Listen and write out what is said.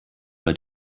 bei